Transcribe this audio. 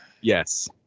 yes